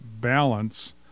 balance